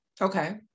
Okay